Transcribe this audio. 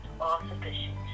all-sufficient